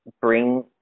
bring